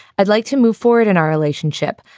i'd like to move forward in our relationship.